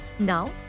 Now